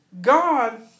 God